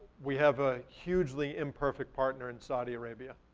we have a hugely imperfect partner in saudi arabia.